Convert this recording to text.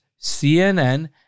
cnn